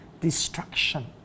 destruction